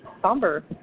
somber